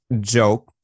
joke